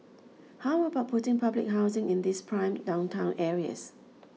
how about putting public housing in these prime downtown areas